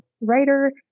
writer